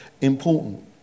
important